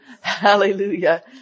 hallelujah